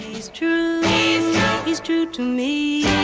he's too he's too to me.